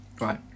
Right